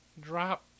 drop